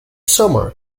summer